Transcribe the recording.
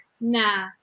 nah